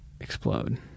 explode